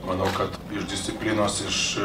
manau kad ir disciplinos iš